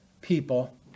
people